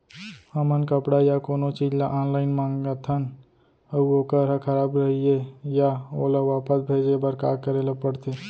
हमन कपड़ा या कोनो चीज ल ऑनलाइन मँगाथन अऊ वोकर ह खराब रहिये ता ओला वापस भेजे बर का करे ल पढ़थे?